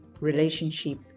relationship